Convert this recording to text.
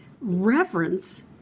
reverence